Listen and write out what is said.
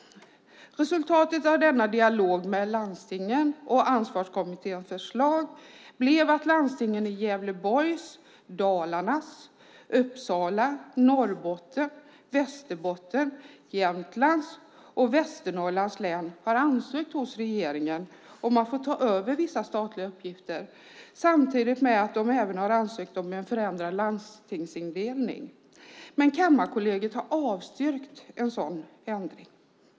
Resultatet av denna dialog med landstingen och av Ansvarskommitténs förslag är att landstingen i Gävleborgs, Dalarnas, Uppsala, Norrbottens, Västerbottens, Jämtlands och Västernorrlans län hos regeringen har ansökt om att få ta över vissa statliga uppgifter. Samtidigt har de ansökt om en förändrad landstingsindelning. Kammarkollegiet har avstyrkt ansökan om en sådan ändring.